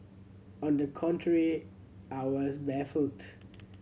on the contrary I was baffled